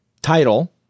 Title